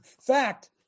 fact